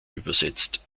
übersetzt